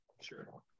Sure